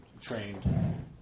trained